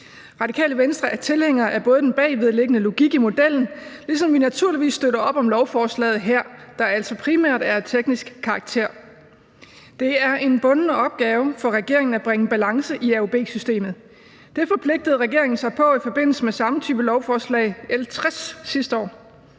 Radikale Venstre er tilhængere af den bagvedliggende logik i modellen, og vi støtter naturligvis op om forslaget her, der altså primært er af teknisk karakter. Det er en bunden opgave for regeringen at bringe balance i AUB-systemet. Det forpligtede regeringen sig på i forbindelse med samme type lovforslag, nemlig L 60, sidste år.